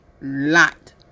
lot